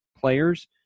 players